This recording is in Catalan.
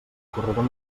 corredor